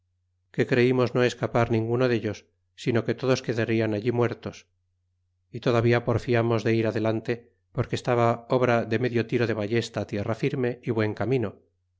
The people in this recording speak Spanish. que creimos no escapar ninguno dellos sino que todos quedarían allí muertos y todavía porfiamos de ir adelante porque estaba obra de medienro de ballesta tierra firme y buen camino